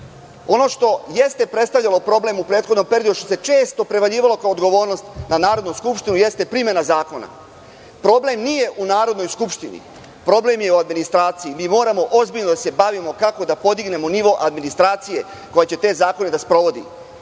itd. Ono što jeste predstavljalo problem u prethodnom periodu, što se često prevaljivalo kao odgovornost na Narodnu skupštinu jeste primena zakona. Problem nije u Narodnoj skupštini. Problem je u administraciji. Mi moramo ozbiljno da se bavimo kako da podignemo nivo administracije koja će te zakone da sprovodi,